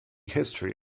history